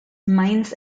mines